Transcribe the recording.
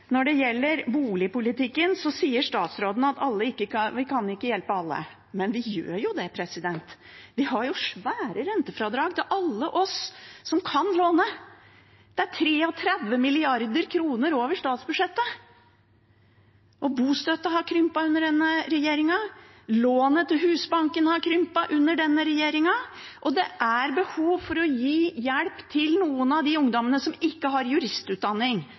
Når det gjelder boligpolitikken, sier statsråden at vi ikke kan hjelpe alle – men vi gjør jo det. Vi har jo svære rentefradrag til alle oss som kan låne. Det er 33 mrd. kr over statsbudsjettet. Bostøtten har krympet under denne regjeringen, lånet fra Husbanken har krympet under denne regjeringen, og det er behov for å gi hjelp til noen av de ungdommene som ikke har juristutdanning.